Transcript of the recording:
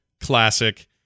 classic